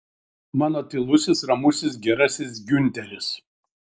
mano tylusis ramusis gerasis giunteris